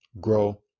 grow